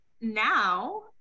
now